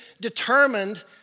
determined